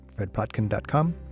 fredplotkin.com